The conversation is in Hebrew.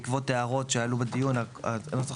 בדיון הקודם הועלו הערות לגבי הנוסח,